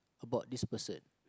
about this person